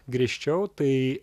griežčiau tai